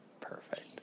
Perfect